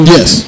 Yes